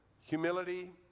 humility